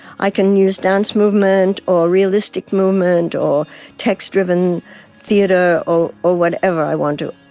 i can use dance movement or realistic movement or text-driven theatre or or whatever i want to.